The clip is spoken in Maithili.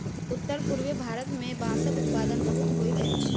उत्तर पूर्वीय भारत मे बांसक उत्पादन बहुत होइत अछि